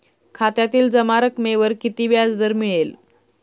खात्यातील जमा रकमेवर किती व्याजदर मिळेल?